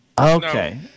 Okay